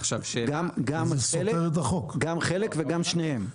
גם חלק וגם שניהם.